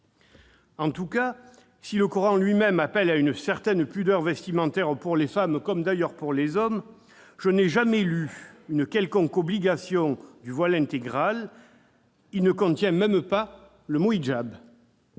En tout cas, si le Coran lui-même recommande une certaine pudeur vestimentaire pour les femmes, comme d'ailleurs pour les hommes, je n'y ai jamais lu une quelconque obligation du voile intégral ; il ne contient même pas le mot «».